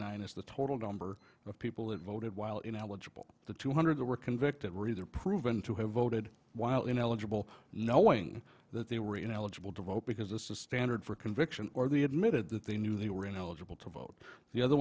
nine is the total number of people who voted while ineligible the two hundred who were convicted were either proven to have voted while ineligible knowing that they were ineligible to vote because this is a standard for conviction or the admitted that they knew they were ineligible to vote the other